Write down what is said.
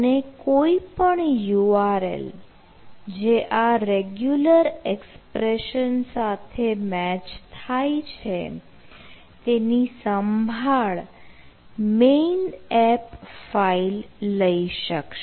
અને કોઈપણ URL જે આ રેગ્યુલર એક્સપ્રેશન સાથે મેચ થાય છે તેની સંભાળ મેઇન એપ ફાઈલ લઈ શકશે